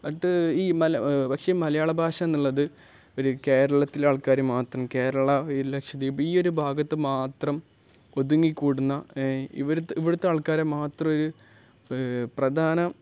എന്നിട്ട് ഈ മല പക്ഷേ ഈ മലയാള ഭാഷ എന്നുള്ളത് ഒരു കേരളത്തില ആൾക്കാർ മാത്രം കേരള ലക്ഷദ്വീപ് ഈ ഒരു ഭാഗത്തു മാത്രം ഒതുങ്ങിക്കൂടുന്ന ഇവ ഇവിടുത്തെ ആൾക്കാരെ മാത്രമൊരു പ്രധാന